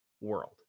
world